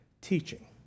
teaching